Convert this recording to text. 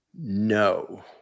no